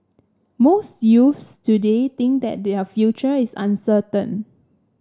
most youths today think that their future is uncertain